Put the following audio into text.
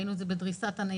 ראינו את זה בדריסת הניידת,